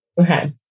Okay